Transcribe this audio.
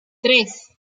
tres